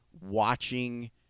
watching